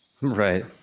right